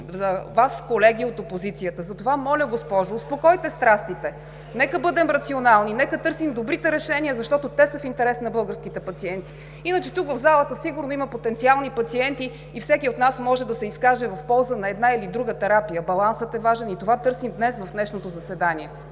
Реплики от ДПС.) Госпожо, моля да успокоите страстите! Нека бъдем рационални, нека търсим добрите решения, защото те са в интерес на българските пациенти. Иначе, в залата сигурно има потенциални пациенти и всеки от нас може да се изкаже в полза на една или друга терапия. Балансът е важен и това търсим днес в заседанието.